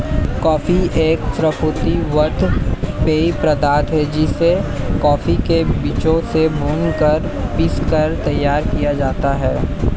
coffee एक स्फूर्ति वर्धक पेय पदार्थ है जिसे कॉफी के बीजों से भूनकर पीसकर तैयार किया जाता है